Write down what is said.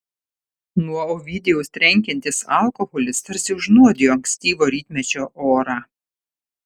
nuo ovidijaus trenkiantis alkoholis tarsi užnuodijo ankstyvo rytmečio orą